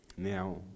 Now